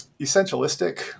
essentialistic